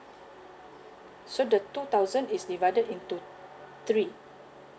so the two thousand is divided into three